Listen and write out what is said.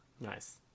Nice